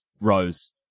rose